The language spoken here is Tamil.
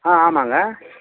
ஆ ஆமாங்க